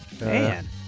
Man